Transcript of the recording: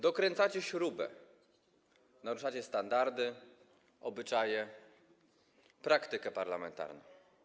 Dokręcacie śrubę, naruszacie standardy, obyczaje, praktykę parlamentarną.